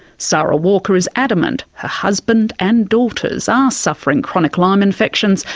sara walker is adamant her husband and daughters are suffering chronic lyme infections,